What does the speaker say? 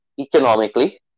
economically